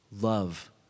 Love